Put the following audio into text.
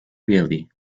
really